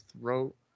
throat